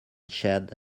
shed